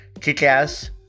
Kick-Ass